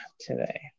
today